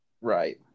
Right